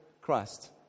Christ